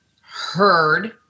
heard